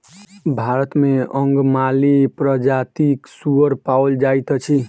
भारत मे अंगमाली प्रजातिक सुगर पाओल जाइत अछि